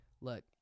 look